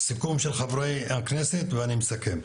סיכום של חברי הכנסת ואני אסכם.